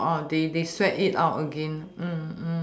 they they sweat it out again